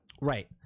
Right